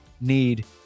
need